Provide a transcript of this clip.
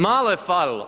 Malo je falilo.